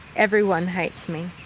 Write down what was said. everyone hates me,